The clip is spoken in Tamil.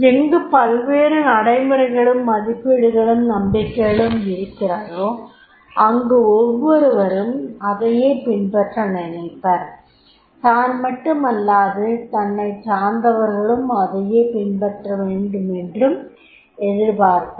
எங்கு பல்வேறு நடமுறைகளும் மதிப்பீடுகளும் நம்பிக்கைகளும் இருக்கிறதோ அங்கு ஒவ்வொருவரும் அதையே பின்பற்ற நினைப்பர் தான் மட்டுமல்லாது தன்னைச் சார்ந்தவர்களும் அதையே பின்பற்றவேண்டுமென்றும் எதிர்பார்ப்பர்